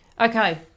okay